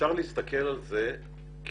אפשר להסתכל על זה כעל